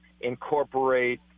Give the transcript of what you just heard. incorporate